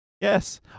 Yes